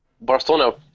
Barcelona